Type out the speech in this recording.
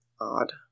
odd